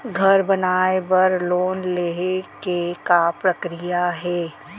घर बनाये बर लोन लेहे के का प्रक्रिया हे?